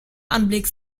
anblick